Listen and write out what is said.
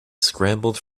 scrambled